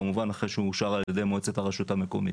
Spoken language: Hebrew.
כמובן אחרי שהוא מאושר על ידי מועצת הרשות המקומית.